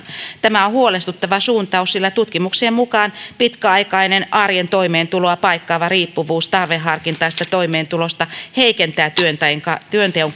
tämä on huolestuttava suuntaus sillä tutkimuksien mukaan pitkäaikainen arjen toimeentuloa paikkaava riippuvuus tarveharkintaisesta toimeentulotuesta heikentää työnteon työnteon